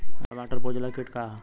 टमाटर पर उजला किट का है?